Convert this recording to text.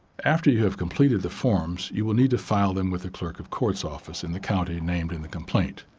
after you have completed the forms you will need to file them with a clerk of court's office in the county named in the complaint.